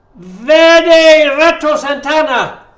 verde retro satana